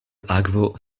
akvo